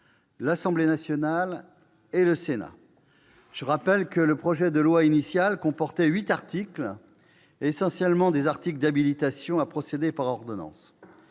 l'Assemblée nationale et le Sénat. Je le rappelle, le projet de loi initial comportait huit articles, essentiellement des articles d'habilitation à procéder par ordonnances